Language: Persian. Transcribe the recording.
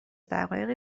دقایقی